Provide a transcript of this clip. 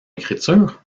écriture